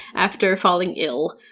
after falling ill.